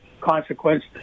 consequence